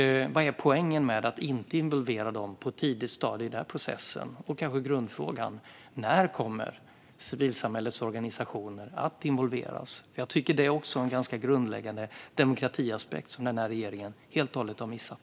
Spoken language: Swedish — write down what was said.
Vad är poängen med att inte involvera dem på ett tidigt stadium i processen? Och det som kanske är grundfrågan: När kommer civilsamhällets organisationer att involveras? Jag tycker att det också är en ganska grundläggande demokratiaspekt som den här regeringen helt och hållet har missat.